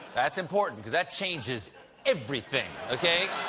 that's important, because that changes everything, okay.